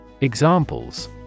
Examples